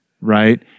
right